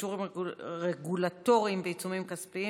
נגיף הקורונה החדש) (אישורים רגולטוריים ועיצומים כספיים),